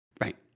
Right